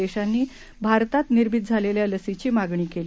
देशांनीभारतातनिर्मितीझालेल्यालसींचीमागणीकेली